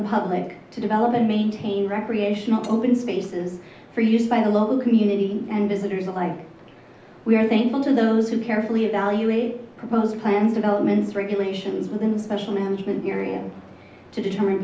the public to develop and maintain recreational open spaces for use by the local community and visitors alike we are thankful to listen carefully evaluate proposed plan development regulations within social management areas to determine